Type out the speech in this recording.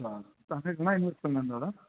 अच्छा तव्हांखे घणा इन्वेस्ट करिणा आहिनि दादा